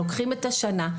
לוקחים את השנה,